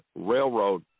railroad